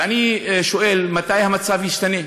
ואני שואל, מתי המצב ישתנה?